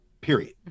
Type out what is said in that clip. period